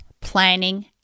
planning